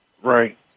Right